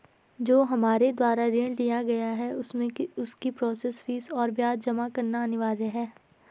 जो हमारे द्वारा ऋण लिया गया है उसमें उसकी प्रोसेस फीस और ब्याज जमा करना अनिवार्य है?